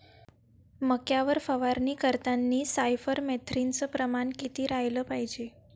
मक्यावर फवारनी करतांनी सायफर मेथ्रीनचं प्रमान किती रायलं पायजे?